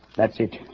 that's it.